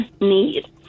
need